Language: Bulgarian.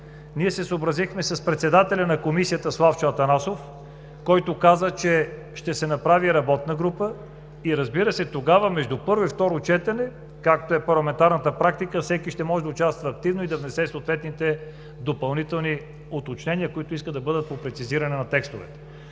Ние се съобразихме с председателя на Комисията Славчо Атанасов, който каза, че ще се направи работна група и между първо и второ четене, както е парламентарната практика, всеки ще може да участва активно и да внесе съответните допълнителни уточнения по прецизиране на текстовете.